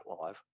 live